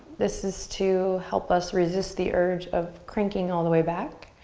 this is to help us resist the urge of cranking all the way back,